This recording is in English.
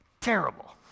terrible